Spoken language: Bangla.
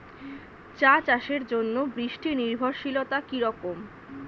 চা চাষের জন্য বৃষ্টি নির্ভরশীলতা কী রকম?